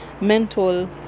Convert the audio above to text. mental